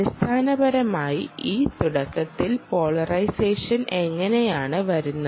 അടിസ്ഥാനപരമായി ഈ തുടക്കത്തിൽ പോളറൈസേഷൻ എങ്ങനെയാണ് വരുന്നത്